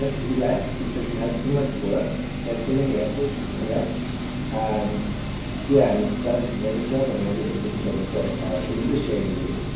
he left because he had too much work he had too many essays to correct and yeah and he'd started another job and he ended up just getting burnt out it was a shame really